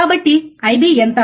కాబట్టి మీ IB ఎంత